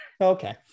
Okay